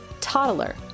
toddler